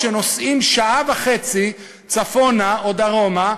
כשנוסעים שעה וחצי צפונה או דרומה,